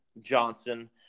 johnson